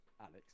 Alex